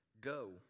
go